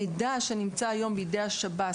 המידע שנמצא היום בידי השב"ס,